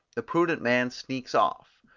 the prudent man sneaks off.